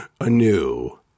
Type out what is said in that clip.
anew